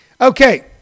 Okay